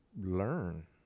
learn